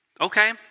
okay